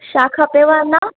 छा खपेव अञा